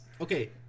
Okay